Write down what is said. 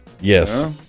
Yes